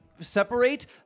separate